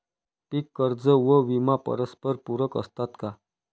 पीक कर्ज व विमा परस्परपूरक असतात का?